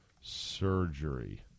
surgery